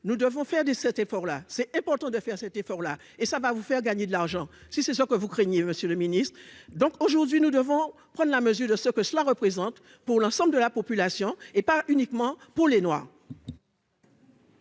nous devons faire de cet effort là c'est important de faire cet effort là et ça va vous faire gagner de l'argent, si c'est ça que vous craignez, Monsieur le Ministre, donc aujourd'hui nous devons prendre la mesure de ce que cela représente pour l'ensemble de la population, et pas uniquement pour les noix.